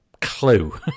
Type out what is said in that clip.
clue